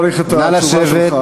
התשובה שלך